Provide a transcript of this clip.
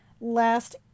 last